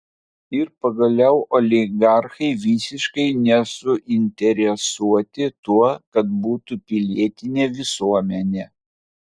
ir pagaliau oligarchai visiškai nesuinteresuoti tuo kad būtų pilietinė visuomenė